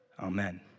Amen